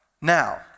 Now